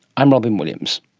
i'm robyn williams